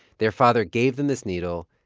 their father gave them this needle.